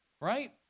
right